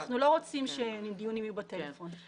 אנחנו לא רוצים שהדיונים יהיו בטלפון.